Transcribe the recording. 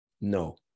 no